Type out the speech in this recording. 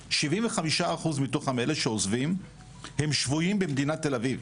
75% אחוז מתוך אלה שעוזבים הם שבוים במדינת תל אביב,